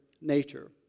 nature